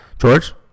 George